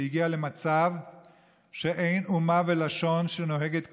שהגיעה למצב שאין אומה ולשון שנוהגת כך,